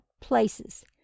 places